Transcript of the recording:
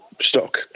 stock